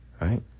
right